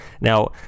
Now